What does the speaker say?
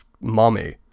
mommy